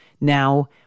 Now